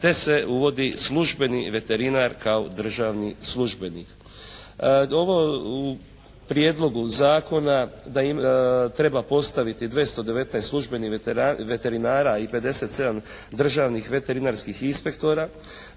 Te se uvodi službeni veterinar kao državni službenik. Ovo, u Prijedlogu zakona treba postaviti 219 službenih veterinara i 57 državnih veterinarskih inspektora.